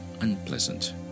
unpleasant